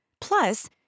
Plus